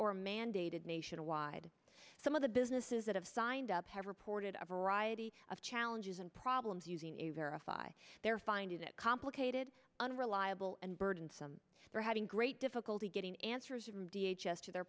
or mandated nationwide some of the businesses that have signed up have reported a variety of challenges and problems using a verify they're finding that complicated unreliable and burdensome for having great difficulty getting answers from d h s to their